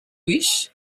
wish